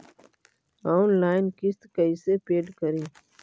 Online किस्त कैसे paid करि?